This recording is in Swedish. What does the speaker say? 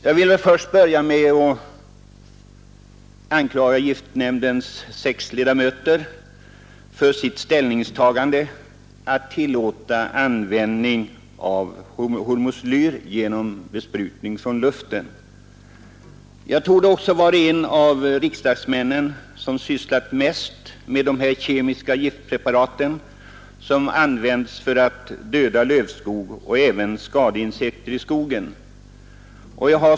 Jag vill börja med att anklaga giftnämndens sex ledamöter för deras ställningstagande när de beslöt tillåta besprutning med hormoslyr från luften. Jag torde vara en av de riksdagsmän som sysslat mest med de kemiska giftpreparat som används för att döda lövskog och skadeinsekter i skogen.